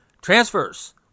Transfers